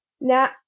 now